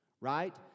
right